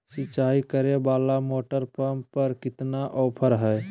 सिंचाई करे वाला मोटर पंप पर कितना ऑफर हाय?